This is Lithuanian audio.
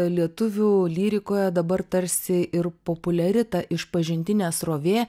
lietuvių lyrikoje dabar tarsi ir populiari ta išpažintinė srovė